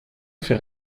fait